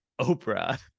Oprah